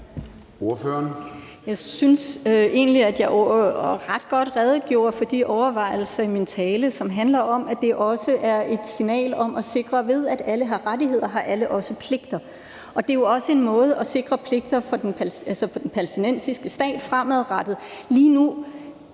Jeg synes egentlig, at jeg ret godt redegjorde for de overvejelser i min tale. Det handler om, at det også er et signal om, at ved at alle har rettigheder, har alle også pligter, og det er også en måde at sikre pligter for den palæstinensiske stat fremadrettet på. Lige nu